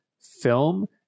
film